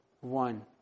one